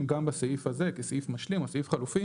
גם בסעיף הזה כסעיף משלים או סעיף חלופי.